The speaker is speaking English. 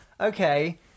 okay